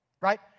right